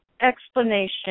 explanation